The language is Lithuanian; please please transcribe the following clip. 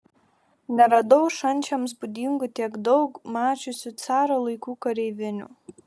neradau šančiams būdingų tiek daug mačiusių caro laikų kareivinių